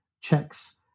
checks